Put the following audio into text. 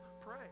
pray